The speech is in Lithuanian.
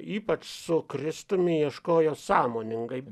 ypač su kristumi ieškojo sąmoningai